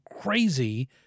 crazy